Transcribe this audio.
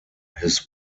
his